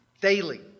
Daily